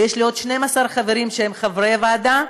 ויש לי עוד 12 חברים שהם חברי הוועדה,